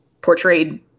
portrayed